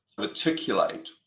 articulate